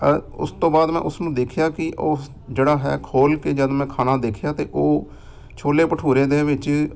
ਉਸ ਤੋਂ ਬਾਅਦ ਮੈਂ ਉਸ ਨੂੰ ਦੇਖਿਆ ਕਿ ਉਹ ਜਿਹੜਾ ਹੈ ਖੋਲ ਕੇ ਜਦ ਮੈਂ ਖਾਣਾ ਦੇਖਿਆ ਅਤੇ ਉਹ ਛੋਲੇ ਭਟੂਰੇ ਦੇ ਵਿੱਚ